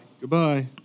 Goodbye